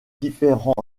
différents